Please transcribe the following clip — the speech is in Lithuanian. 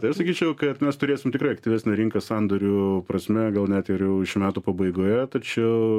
tai aš sakyčiau kad mes turėsim tikrai aktyvesnią rinką sandorių prasme gal net ir jau šių metų pabaigoje tačiau